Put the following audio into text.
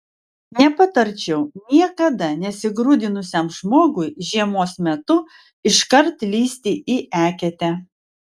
nepatarčiau niekada nesigrūdinusiam žmogui žiemos metu iškart lįsti į eketę